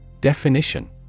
Definition